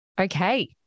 Okay